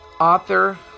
author